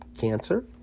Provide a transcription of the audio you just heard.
cancer